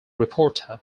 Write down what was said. reporter